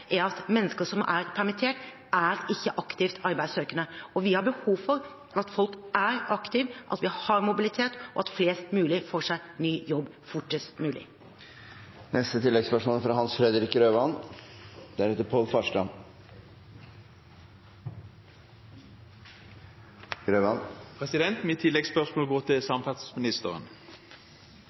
er at mennesker som er permittert, ikke er aktivt arbeidssøkende. Og vi har behov for at folk er aktive, at vi har mobilitet, og at flest mulig får seg ny jobb fortest mulig. Hans Fredrik Grøvan – til oppfølgingsspørsmål. Mitt oppfølgingsspørsmål går til samferdselsministeren.